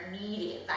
needed